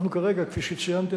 כפי שציינתי,